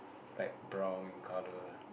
like brown color